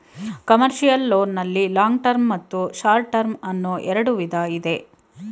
commercial loan ನಲ್ಲಿ long term ಮತ್ತು short term ಅನ್ನೋ ಎರಡು ವಿಧ ಇದೆ